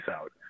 out